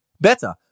better